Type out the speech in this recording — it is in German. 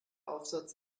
aufsatz